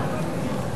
בסדר.